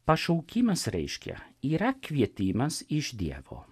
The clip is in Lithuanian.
pašaukimas reiškia yra kvietimas iš dievo